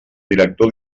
director